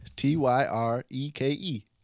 T-Y-R-E-K-E